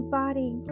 body